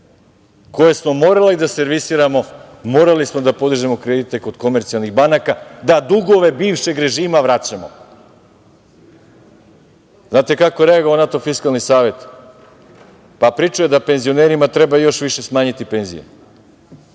koje smo morali da servisiramo, morali smo da podižemo kredite kod komercijalnih banaka da dugove bivšeg režima vraćamo. Znate kako je reagovao na to Fiskalni savet? Pričao je da penzionerima treba još više smanjiti penzije,